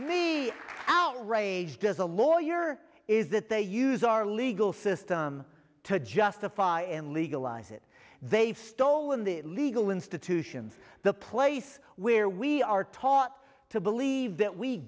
me outraged as a lawyer is that they use our legal system to justify and legalize it they've stolen the legal institutions the place where we are taught to believe that we